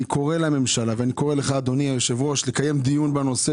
אני קורא לממשלה ואני קורא לך אדוני היושב ראש לקיים דיון בנושא